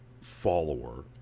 follower